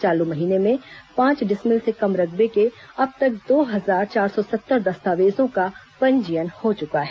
चालू महीने में पांच डिसमिल से कम रकबे के अब तक दो हजार चार सौ सत्तर दस्तावेजों का पंजीयन हो चुका है